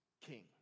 king